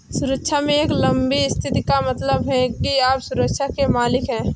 सुरक्षा में एक लंबी स्थिति का मतलब है कि आप सुरक्षा के मालिक हैं